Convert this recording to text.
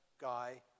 guy